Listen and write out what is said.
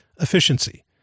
efficiency